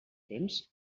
temps